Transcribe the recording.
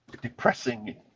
depressing